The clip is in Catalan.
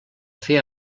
fer